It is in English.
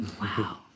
Wow